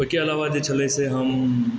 ओहिके अलावा जे छलै से हम